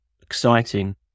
exciting